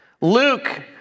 Luke